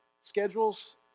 schedules